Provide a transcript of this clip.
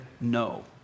no